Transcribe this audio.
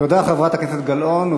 תודה, חברת הכנסת גלאון.